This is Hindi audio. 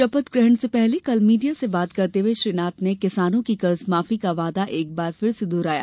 शपथ ग्रहण से पहले कल मीडिया से बात करते हुए श्री नाथ ने किसानों की कर्ज माफी का वादा एक बार फिर से दोहराया